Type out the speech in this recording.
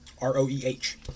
R-O-E-H